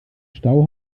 stau